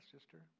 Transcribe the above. sister